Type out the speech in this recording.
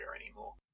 anymore